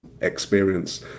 experience